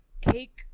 cake